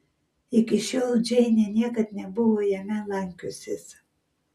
iki šiol džeinė niekad nebuvo jame lankiusis